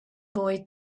boy